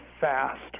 fast